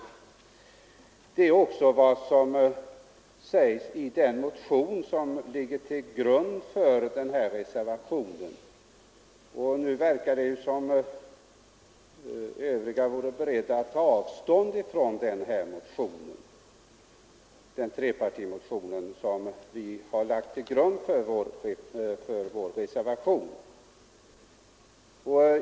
Det är också vad som sägs i den trepartimotion som ligger till grund för reservationen, men nu verkar det som om de övriga vore beredda att ta avstånd från den motionen.